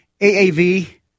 AAV